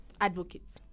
advocates